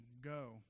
go